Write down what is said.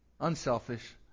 unselfish